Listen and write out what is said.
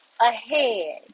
ahead